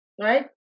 right